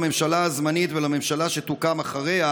לממשלה הזמנית ולממשלה שתוקם אחריה,